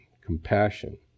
compassion